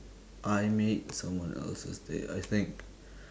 I made someone else's day I think